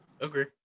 Agree